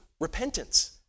repentance